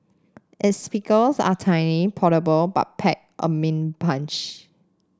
its speakers are tiny portable but pack a mean punch